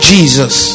Jesus